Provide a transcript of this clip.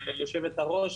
היושבת-ראש,